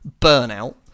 Burnout